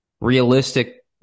realistic